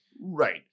right